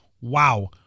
Wow